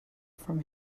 from